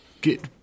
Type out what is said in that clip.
get